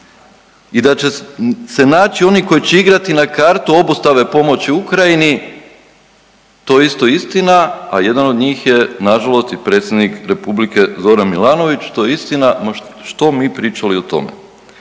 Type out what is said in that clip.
i da će se naći oni koji će igrati na kartu obustave pomoći Ukrajini to je isto istina, a jedan od njih je na žalost i predsjednik Republike Zoran Milanović. To je istina ma što mi pričali o tome.